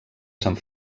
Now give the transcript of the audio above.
sant